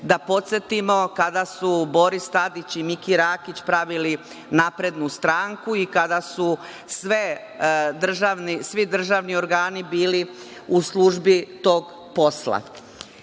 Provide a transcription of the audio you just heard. da podsetimo kada su Boris Tadić i Miki Rakić pravili Naprednu stranku, i kada su svi državni organi bili u službi tog posla. Drugi